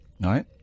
right